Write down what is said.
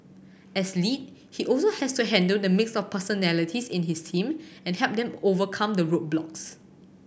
as lead he also has to handle the mix of personalities in his team and help them overcome the roadblocks